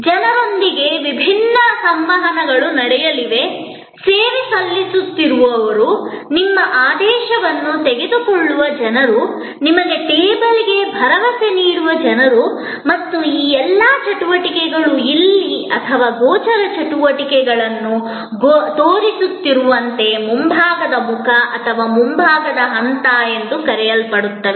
ಜನರೊಂದಿಗೆ ವಿಭಿನ್ನ ಸಂವಹನಗಳು ನಡೆಯಲಿವೆ ಸೇವೆ ಸಲ್ಲಿಸುತ್ತಿರುವವರು ನಿಮ್ಮ ಆದೇಶವನ್ನು ತೆಗೆದುಕೊಳ್ಳುವ ಜನರು ನಿಮಗೆ ಟೇಬಲ್ಗೆ ಭರವಸೆ ನೀಡುವ ಜನರು ಮತ್ತು ಈ ಎಲ್ಲಾ ಚಟುವಟಿಕೆಗಳು ಅಥವಾ ಗೋಚರ ಚಟುವಟಿಕೆಗಳನ್ನು ತೋರಿಸುತ್ತಿರುವಂತೆ ಮುಂಭಾಗದ ಮುಖ ಅಥವಾ ಮುಂದಿನ ಹಂತ ಎಂದು ಕರೆಯಲ್ಪಡುತ್ತವೆ